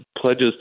pledges